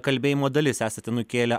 kalbėjimo dalis esate nukėlę